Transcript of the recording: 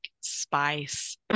spice